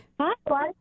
Hi